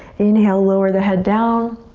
inhale, lower the head down.